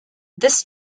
this